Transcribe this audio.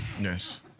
Yes